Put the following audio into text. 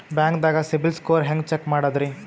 ಬ್ಯಾಂಕ್ದಾಗ ಸಿಬಿಲ್ ಸ್ಕೋರ್ ಹೆಂಗ್ ಚೆಕ್ ಮಾಡದ್ರಿ?